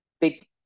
Big